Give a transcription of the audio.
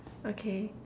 okay